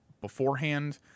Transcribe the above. beforehand